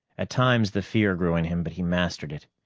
at times the fear grew in him, but he mastered it.